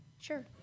Sure